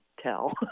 tell